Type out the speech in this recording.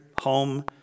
home